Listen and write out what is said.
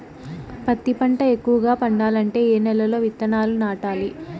పత్తి పంట ఎక్కువగా పండాలంటే ఏ నెల లో విత్తనాలు నాటాలి?